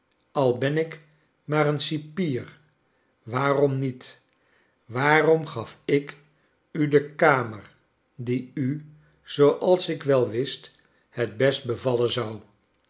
al ben ik maar een cipiert waarom niet waarom gaf ik u de kamer die u zooals ik wel wist het best bevallen zou